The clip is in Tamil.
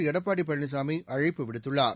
எடப்பாடி பழனிசாமி அழைப்பு விடுத்துள்ளார்